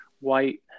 white